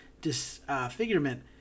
disfigurement